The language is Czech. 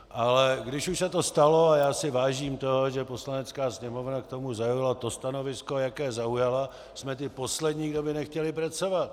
Ale když už se to stalo, a já si vážím toho, že Poslanecká sněmovna k tomu zaujala to stanovisko, jaké zaujala, jsme ti poslední, kdo by nechtěli pracovat.